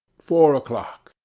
four o'clock.